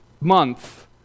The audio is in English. month